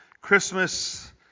Christmas